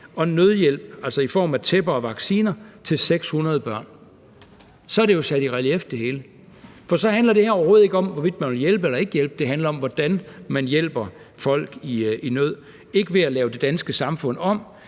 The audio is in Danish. og nødhjælp i form af tæpper og vacciner til 600 børn. Så er det hele jo sat i relief, for så handler det her overhovedet ikke om, hvorvidt man vil hjælpe eller ikke hjælpe. Det handler om, hvordan man hjælper folk i nød – ikke ved at lave det danske samfund om,